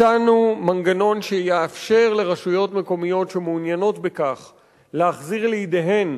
הצענו מנגנון שיאפשר לרשויות מקומיות שמעוניינות בכך להחזיר לידיהן